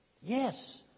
Yes